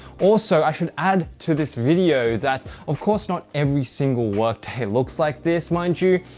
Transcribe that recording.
also, i should add to this video that of course not every single workday looks like this mind you,